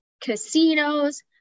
casinos